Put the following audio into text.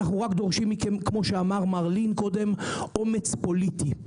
אנחנו רק דורשים מכם אומץ פוליטי.